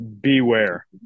beware